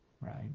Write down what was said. right